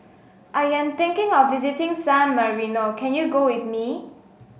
I am thinking of visiting San Marino can you go with me